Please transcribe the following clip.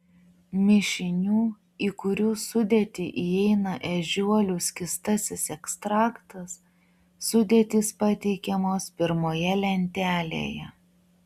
mišinių į kurių sudėtį įeina ežiuolių skystasis ekstraktas sudėtys pateikiamos pirmoje lentelėje